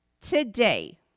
today